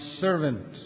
servant